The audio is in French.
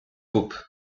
pope